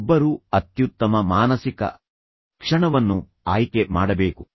ಒಬ್ಬರು ಅತ್ಯುತ್ತಮ ಮಾನಸಿಕ ಕ್ಷಣವನ್ನು ಆಯ್ಕೆ ಮಾಡಬೇಕು